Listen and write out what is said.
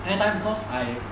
all time because I